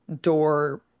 door